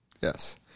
Yes